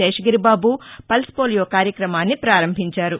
Seshagiri Babu pulse polio కార్యక్రమాన్ని ప్రపారంభించారు